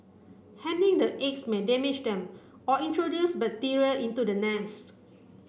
handling the eggs may damage them or introduce bacteria into the nest